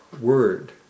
word